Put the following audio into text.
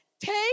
Take